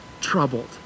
troubled